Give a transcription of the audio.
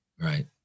right